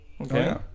Okay